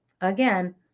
again